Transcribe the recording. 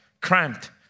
cramped